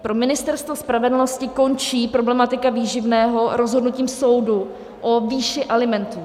Pro Ministerstvo spravedlnosti končí problematika výživného rozhodnutím soudu o výši alimentů.